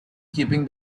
keeping